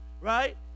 right